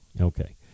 Okay